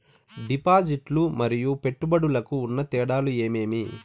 డిపాజిట్లు లు మరియు పెట్టుబడులకు ఉన్న తేడాలు ఏమేమీ?